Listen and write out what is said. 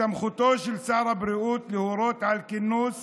בסמכותו של שר הבריאות להורות על כינוס